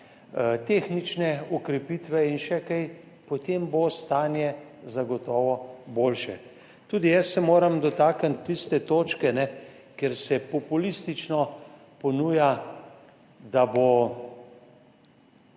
tehnične okrepitve in še kaj, potem bo stanje zagotovo boljše. Tudi jaz se moram dotakniti tiste točke, kjer se populistično ponuja, da bodo